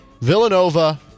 Villanova